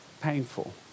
painful